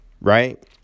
Right